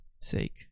sake